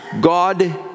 God